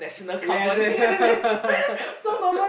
yes yes